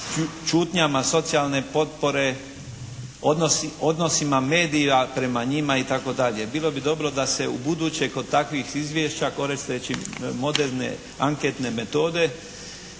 šutnjama socijalne potpore, odnosima medija prema njima i tako dalje. Bilo bi dobro da se ubuduće kod takvih izvješća koristeći moderne anketne metode